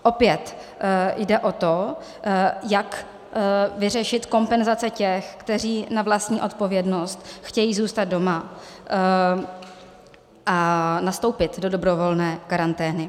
Opět jde o to, jak vyřešit kompenzace těch, kteří na vlastní odpovědnost chtějí zůstat doma a nastoupit do dobrovolné karantény.